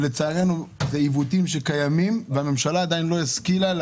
לצערנו אלה עיוותים שקיימים והממשלה עדיין לא השכילה,